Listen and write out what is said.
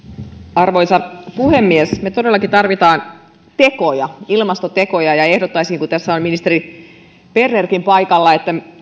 arvoisa puhemies me todellakin tarvitsemme tekoja ilmastotekoja ja ehdottaisin kun tässä on ministeri bernerkin paikalla että